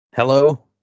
Hello